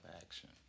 action